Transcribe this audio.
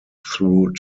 through